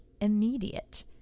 immediate